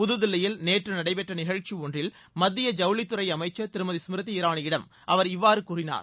புதுதில்லியில் நேற்று நடைபெற்ற நிகழ்ச்சி ஒன்றில் மத்திய ஜவளித்துறை அமைச்சர் திருமதி ஸ்மிருதி இராணியிடம் அவர் இவ்வாறு கூறினார்